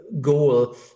goal